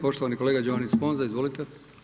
Poštovani kolega Giovanni Sponza, izvolite.